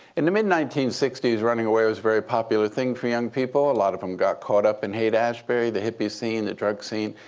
in the mid nineteen sixty s, running away was a very popular thing for young people. a lot of them got caught up in haight-ashbury, the hippie scene, the drug scene.